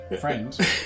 friends